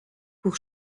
pour